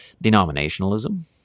Denominationalism